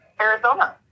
Arizona